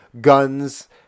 guns